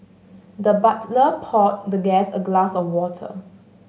the butler poured the guest a glass of water